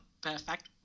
Perfect